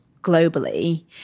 globally